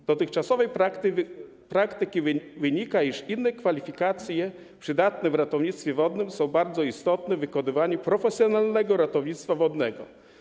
Z dotychczasowej praktyki wynika, iż inne kwalifikacje przydatne w ratownictwie wodnym są bardzo istotne w wykonywaniu profesjonalnego ratownictwa wodnego.